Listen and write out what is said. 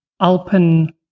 Alpen